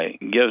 gives